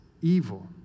evil